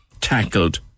tackled